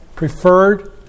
preferred